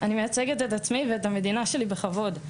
אני מייצגת את עצמי ואת המדינה שלי בכבוד.